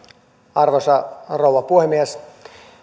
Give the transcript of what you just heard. arvoisa rouva puhemies